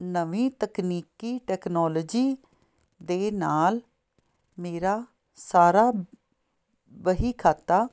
ਨਵੀਂ ਤਕਨੀਕੀ ਟੈਕਨੋਲੋਜੀ ਦੇ ਨਾਲ ਮੇਰਾ ਸਾਰਾ ਵਹੀ ਖਾਤਾ